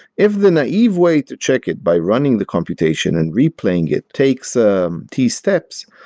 if the naive way to check it by running the computation and replaying it takes um t-steps,